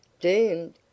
Doomed